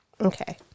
Okay